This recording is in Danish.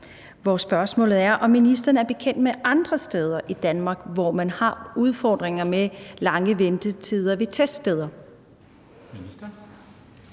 og spørgsmålet lyder: Er ministeren bekendt med andre steder i Danmark, hvor man har udfordringer med lange ventetider ved teststeder?